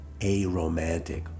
aromantic